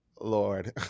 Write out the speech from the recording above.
lord